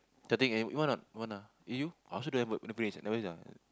tempting eh you want or not you want or not you you I also don't have a place you have place or not